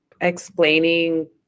explaining